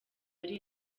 hari